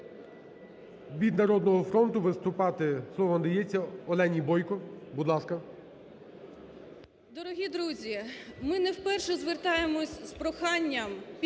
Дорогі друзі, ми не вперше звертаємось з проханням підтримати